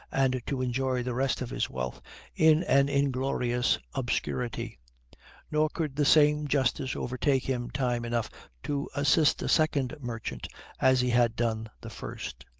and to enjoy the rest of his wealth in an inglorious obscurity nor could the same justice overtake him time enough to assist a second merchant as he had done the first.